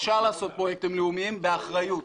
אפשר לעשות פרויקטים לאומיים, באחריות.